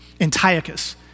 Antiochus